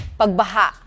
pagbaha